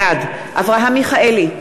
בעד אברהם מיכאלי,